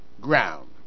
ground